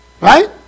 right